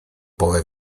połę